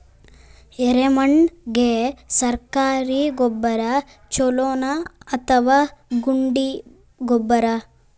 ಎರೆಮಣ್ ಗೆ ಸರ್ಕಾರಿ ಗೊಬ್ಬರ ಛೂಲೊ ನಾ ಅಥವಾ ಗುಂಡಿ ಗೊಬ್ಬರ?